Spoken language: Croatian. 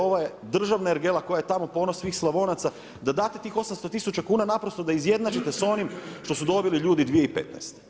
Ovo je državna ergela koja je tamo ponos svih Slavonaca, da date tih 800 tisuća kuna naprosto da izjednačite sa onim što su dobili ljudi 2015.